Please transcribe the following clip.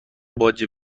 باجه